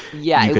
yeah, but